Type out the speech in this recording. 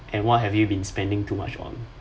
and what have you been spending too much on